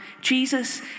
Jesus